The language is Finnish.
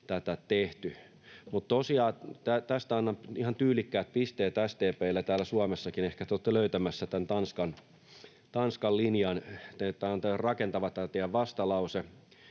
tätä tehty. Mutta tosiaan tästä annan ihan tyylikkäät pisteet SDP:lle täällä Suomessakin, ehkä te olette löytämässä tämän Tanskan linjan. Tämä teidän vastalauseenne